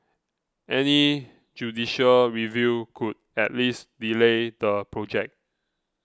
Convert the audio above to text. any judicial review could at least delay the project